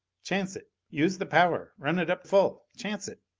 chance it! use the power run it up full. chance it!